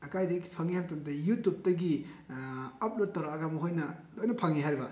ꯀꯥꯏꯗꯒꯤ ꯐꯪꯏ ꯍꯥꯏꯕ ꯃꯇꯝꯗ ꯌꯨꯇꯨꯞꯇꯒꯤ ꯑꯞꯂꯣꯗ ꯇꯧꯔꯛꯂꯒ ꯃꯈꯣꯏꯅ ꯂꯣꯏꯅ ꯐꯪꯏ ꯍꯥꯏꯔꯤꯕ